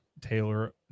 taylor